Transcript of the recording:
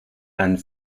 and